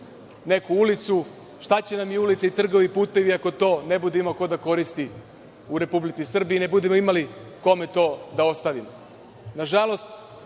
neku ulicu? Šta će nam i ulice i trgovi i putevi ako to ne bude imao ko da koristi u Republici Srbiji i ne budemo imali kome to da ostavimo. Nažalost,